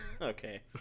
Okay